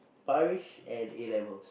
Parish and A-levels